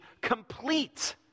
complete